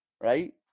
right